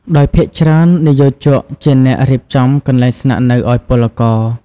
ដោយភាគច្រើន និយោជកជាអ្នករៀបចំកន្លែងស្នាក់នៅឱ្យពលករ ។